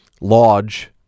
lodge